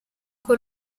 con